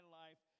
life